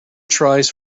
tries